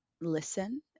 listen